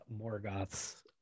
Morgoth's